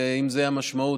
ואם זו המשמעות,